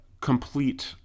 complete